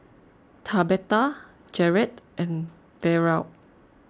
Tabetha Jarret and Derald